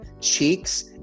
cheeks